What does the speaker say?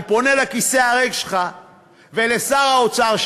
אני פונה אל הכיסא הריק שלך ואל שר האוצר,